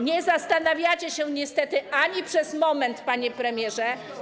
Nie zastanawiacie się niestety ani przez moment, panie premierze.